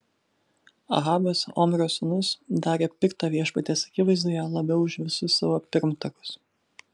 ahabas omrio sūnus darė pikta viešpaties akivaizdoje labiau už visus savo pirmtakus